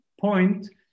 point